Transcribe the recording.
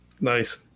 Nice